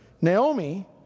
Naomi